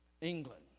England